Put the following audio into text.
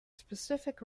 specific